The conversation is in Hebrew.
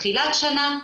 תחילת שנה,